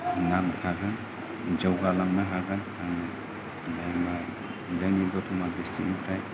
नाम थागोन जौगालांनो हागोन आं जेनेबा जोंनि दथमा दिसत्रिकनिफ्राय